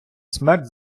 смерть